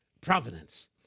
providence